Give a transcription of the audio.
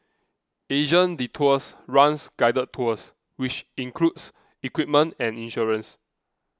Asian Detours runs guided tours which includes equipment and insurance